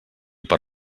per